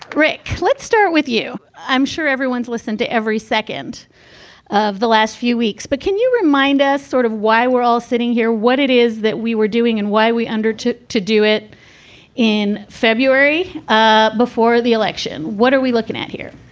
rick, let's start with you. i'm sure everyone's listen to every second of the last few weeks, but can you remind us sort of why we're all sitting here, what it is that we were doing and why we undertook to do it in february ah before the election? what are we looking at here?